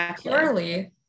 purely